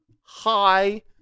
Hi